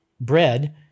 bread